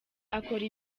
akora